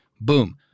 boom